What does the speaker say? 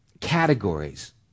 categories